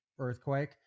earthquake